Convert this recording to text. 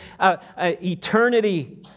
eternity